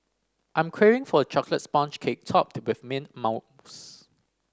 I'm craving for a chocolate sponge cake topped with mint mousse